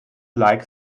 like